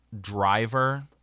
Driver